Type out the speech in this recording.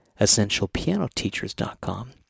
essentialpianoteachers.com